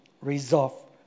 resolve